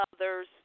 others